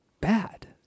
bad